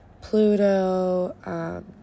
pluto